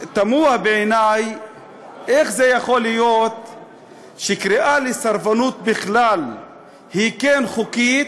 תמוה בעיני איך זה יכול להיות שקריאה לסרבנות בכלל היא כן חוקית,